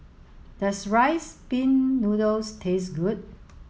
does rice pin noodles taste good